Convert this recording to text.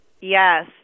Yes